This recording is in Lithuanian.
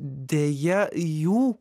deja jų